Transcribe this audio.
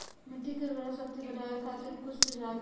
मिट्टी के उर्वरा शक्ति बढ़ावे खातिर कुछ सुझाव दी?